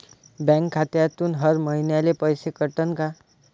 Bank खात्यातून हर महिन्याले पैसे कटन का?